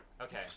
Okay